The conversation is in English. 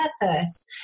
purpose